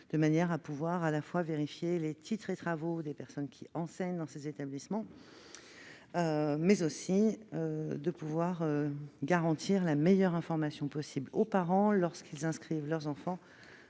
de manière à être en mesure de vérifier les titres et travaux des personnes qui enseignent dans ces établissements, mais aussi de garantir la meilleure information possible aux parents, lorsque ceux-ci inscrivent leurs enfants